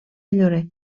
llorer